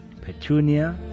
Petunia